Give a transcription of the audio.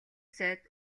сайд